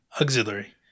Auxiliary